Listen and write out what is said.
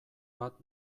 bat